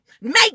make